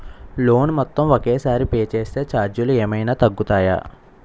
Loan మొత్తం ఒకే సారి పే చేస్తే ఛార్జీలు ఏమైనా తగ్గుతాయా?